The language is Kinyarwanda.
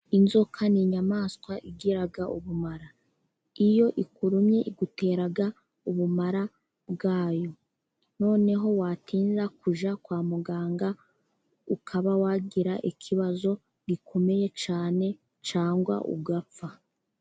Inzoka ni inyamaswa igira ubumara. Iyo ikurumye igutera ubumara bwayo, noneho watinda kujya kwa muganga ukaba wagira ikibazo gikomeye cyane, cyangwa ugapfa.